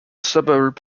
suburb